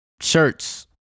Shirts